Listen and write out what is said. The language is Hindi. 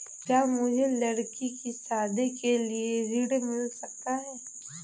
क्या मुझे लडकी की शादी के लिए ऋण मिल सकता है?